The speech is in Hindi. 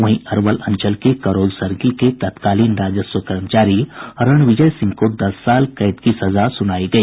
वहीं अरवल अंचल के करौल सर्किल के तत्कालीन राजस्व कर्मचारी रणविजय सिंह को दस साल कैद की सजा सुनाई गई